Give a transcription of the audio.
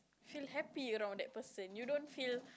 feel happy around that person you don't feel